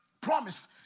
promise